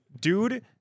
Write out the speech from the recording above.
Dude